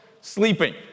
sleeping